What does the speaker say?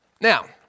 Now